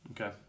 Okay